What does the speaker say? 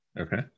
Okay